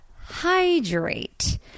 hydrate